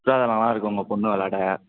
இருக்குது உங்க பொண்ணு வெளாயாட